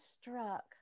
struck